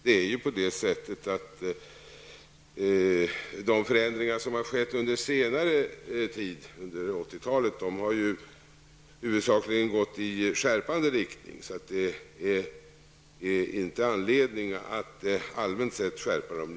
De förändringar som har skett under 80-talet har huvudsakligen gått i skärpande riktning, och det finns därför inte någon anledning att allmänt sett skärpa restriktionerna.